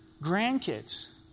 grandkids